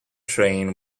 train